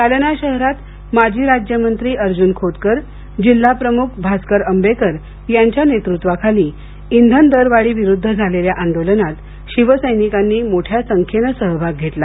जालना शहरात माजी राज्यमंत्री अर्जून खोतकर जिल्हाप्रम्ख भास्कर अंबेकर यांच्या नेतृत्वाखाली इंधन दरवाढीविरुद्ध झालेल्या आंदोलनात शिवसैनिकांनी मोठ्या संख्येनं सहभाग घेतला